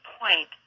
point